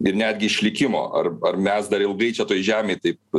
ir netgi išlikimo ar ar mes dar ilgai čia toj žemėj taip